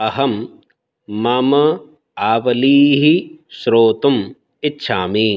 अहंं मम आवलीः श्रोतुम् इच्छामि